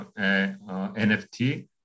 NFT